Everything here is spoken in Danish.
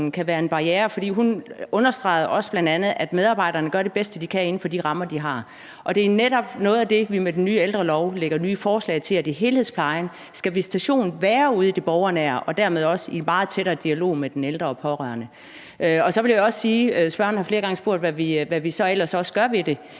kan være en barriere. Hun understregede bl.a., at medarbejderne gør det bedste, de kan, inden for de rammer, de har. Det er netop noget af det, vi i den nye ældrelov lægger op til, altså forslag til, at i helhedsplejen skal visitationen være ude i det borgernære og dermed også i meget tættere dialog med den ældre og de pårørende. Spørgeren har flere gange spurgt, hvad vi så ellers også gør ved det.